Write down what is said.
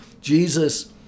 jesus